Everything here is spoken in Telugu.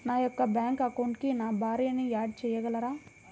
నా యొక్క బ్యాంక్ అకౌంట్కి నా భార్యని యాడ్ చేయగలరా?